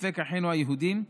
ספק אחינו היהודים,